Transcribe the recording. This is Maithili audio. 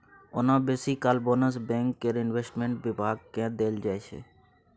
ओना बेसी काल बोनस बैंक केर इंवेस्टमेंट बिभाग केँ देल जाइ छै